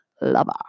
lover